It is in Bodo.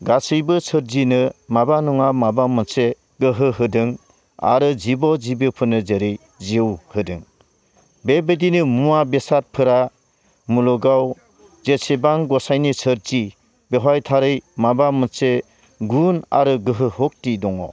गासैबो सोरजिनो माबा नङा माबा मोनसे गोहो होदों आरो जिब' जिबिफोरनो जेरै जिउ होदों बेबायदिनो मुवा बेसादफोरा मुलुगाव जेसेबां गसायनि सोरजि बेवहाय थारै माबा मोनसे गुन आरो गोहो सक्ति दङ